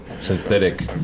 Synthetic